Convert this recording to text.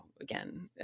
again